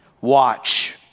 Watch